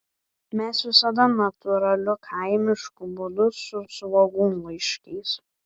mes visada natūraliu kaimišku būdu su svogūnlaiškiais